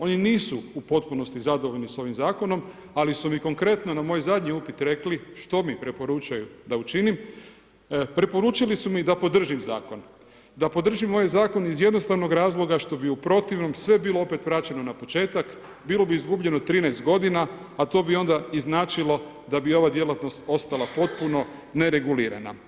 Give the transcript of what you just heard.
On nisu u potpunosti zadovoljni s ovim zakonom ali su mi konkretno na moj zadnji upit rekli što mi preporučaju da učinim, preporučili su mi da podržim zakon, da podržim ovaj zakon iz jednostavnog razloga što bi u protivnom sve bilo opet vraćeno na početak, bilo bi izgubljeno 13 g., a to bi onda i značilo da bi ova djelatnost ostala potpuno neregulirana.